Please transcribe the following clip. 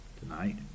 tonight